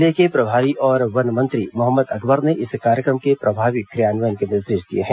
जिले के प्रभारी और वन मंत्री मोहम्मद अकबर ने इस कार्यक्रम के प्रभावी क्रियान्वयन के निर्देश दिए हैं